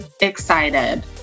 excited